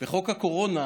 בחוק הקורונה